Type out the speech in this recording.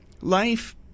life